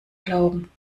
glauben